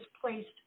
placed